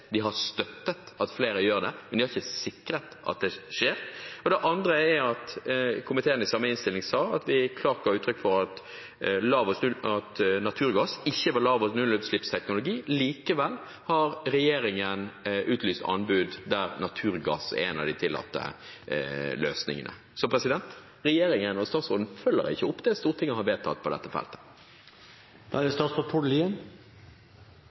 De har støttet at flere gjør det, men de har ikke sikret at det skjer. Det andre er at komiteen i samme innstilling ga klart uttrykk for at naturgass ikke var lav- og nullutslippsteknologi. Likevel har regjeringen utlyst anbud der naturgass er en av de tillatte løsningene. Så regjeringen og statsråden følger ikke opp det Stortinget har vedtatt på dette feltet.